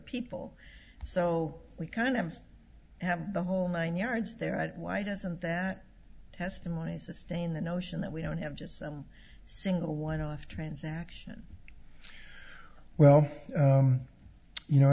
people so we kind of have the whole nine yards there at why doesn't that testimony sustain the notion that we don't have just a single one off transaction well you know